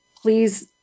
please